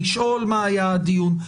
לשאול מה היה הדיון,